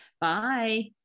Bye